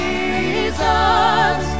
Jesus